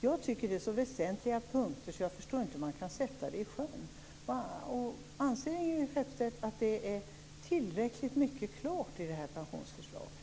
Jag tycker att det är så väsentliga punkter, så jag förstår inte hur man kan sätta detta i sjön. Anser Ingrid Skeppstedt att tillräckligt mycket är klart i det här pensionsförslaget?